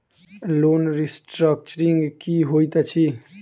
Loan restructuring की होइत अछि?